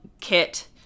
kit